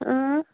اۭں